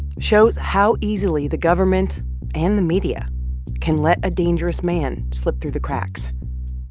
shows how easily the government and the media can let a dangerous man slip through the cracks.